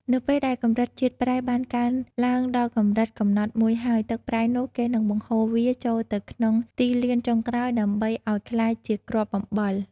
នៅពេលដែលកម្រិតជាតិប្រៃបានឡើងដល់កម្រិតកំណត់មួយហើយ ទឹកប្រៃនោះគេនឹងបង្ហូរវាចូលទៅក្នុងទីលានចុងក្រោយដើម្បីឲ្យក្លាយជាគ្រាប់អំបិល។